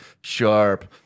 sharp